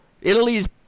Italy's